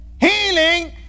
Healing